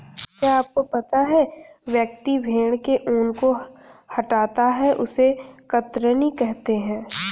क्या आपको पता है व्यक्ति भेड़ के ऊन को हटाता है उसे कतरनी कहते है?